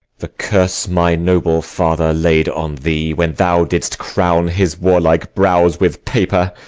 the curse my noble father laid on thee, when thou didst crown his warlike brows with paper,